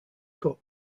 cook